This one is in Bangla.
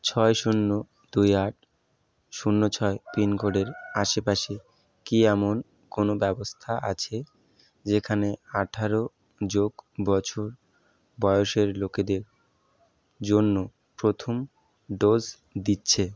ছয় শূন্য দুই আট শূন্য ছয় পিনকোডের আশেপাশে কি এমন কোনও ব্যবস্থা আছে যেখানে আঠারো যোগ বছর বয়সের লোকেদের জন্য প্রথম ডোস দিচ্ছে